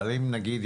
אבל אם יחליטו,